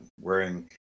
wearing